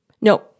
No